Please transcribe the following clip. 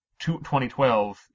2012